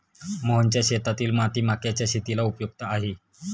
मोहनच्या शेतातील माती मक्याच्या शेतीला उपयुक्त आहे